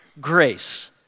grace